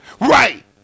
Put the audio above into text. Right